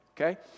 Okay